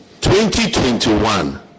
2021